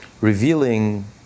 revealing